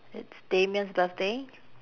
it's damian's birthday